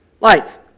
lights